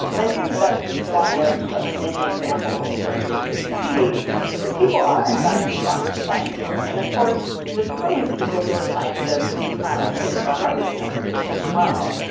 and i think that that's just one of of many examples where you could see the people are in fact responding to science fiction and of course there's plenty of people who are scientists ah who are writing science fiction as well.